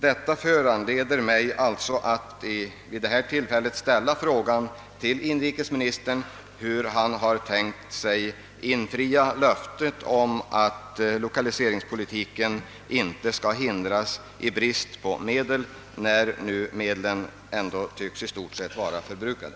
Detta föranleder mig att vid detta tillfälle ställa frågan till inrikesministern hur han har tänkt sig att infria löftet om att lokaliseringspolitiken inte skall hindras av brist på medel, när nu medlen ändå tycks vara i stort sett förbrukade.